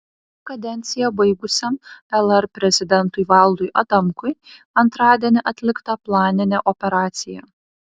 kadenciją baigusiam lr prezidentui valdui adamkui antradienį atlikta planinė operacija